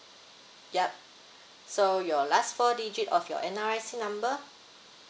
yup so your last four digit of your N_R_I_C number